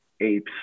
Apes